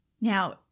Now